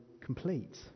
complete